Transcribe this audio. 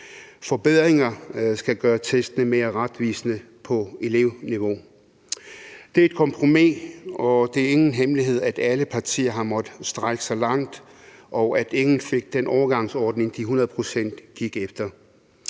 Forbedringer skal gøre testene mere retvisende på elevniveau. Det er et kompromis, og det er ingen hemmelighed, at alle partier har måttet strække sig langt, og at ingen fik den overgangsordning, de hundrede procent gik efter.